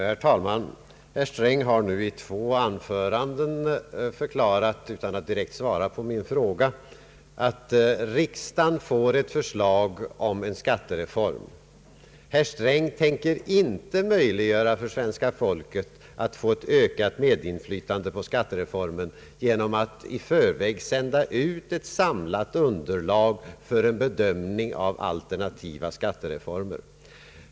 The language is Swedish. Herr talman! Herr Sträng har nu i två anföranden förklarat, utan att direkt svara på min fråga, att riksdagen får ett förslag om en skattereform. Herr Sträng tänker inte möjliggöra för svenska folket att få ett ökat medinflytande på skattereformen genom att i förväg sända ut ett samlat underlag för en bedömning av alternativa skattereformer.